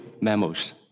mammals